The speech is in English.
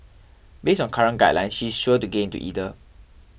based on current guidelines she is sure to get into either